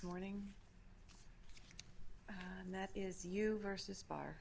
morning and that is you versus bar